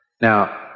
Now